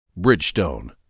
Bridgestone